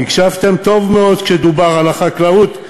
הקשבתם טוב מאוד כשדובר על החקלאות,